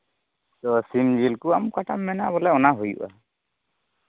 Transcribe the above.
ᱥᱮ ᱥᱤᱢ ᱡᱤᱞ ᱠᱚ ᱟᱢ ᱚᱠᱟᱴᱟᱜᱼᱮᱢ ᱢᱮᱱᱟ ᱵᱚᱞᱮ ᱚᱱᱟ ᱦᱩᱭᱩᱜᱼᱟ